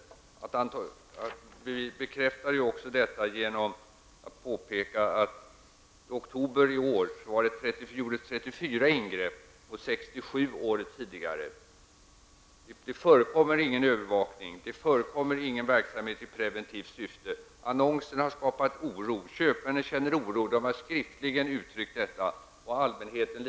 Jag bekräftade också detta genom att påpeka att i oktober i år gjordes 34 ingripanden mot 67 året tidigare. Det förekommer ingen övervakning, och det förekommer ingen verksamhet i preventivt syfte. Annonsen har skapat oro. Köpmännen känner oro, och de har skriftligen uttryckt denna. Detsamma gäller allmänheten.